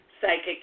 psychic